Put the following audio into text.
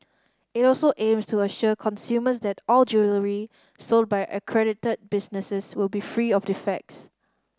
it also aims to assure consumers that all jewellery sold by accredited businesses will be free of defects